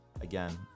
again